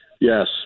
Yes